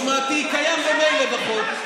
משמעתי, קיים ממילא בחוק.